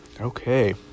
okay